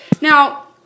now